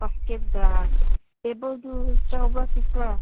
ꯕꯥꯁꯀꯦꯠꯒ ꯇꯦꯕꯜꯗꯨ ꯆꯥꯎꯕ꯭ꯔꯥ ꯄꯤꯛꯄ꯭ꯔꯥ